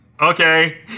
Okay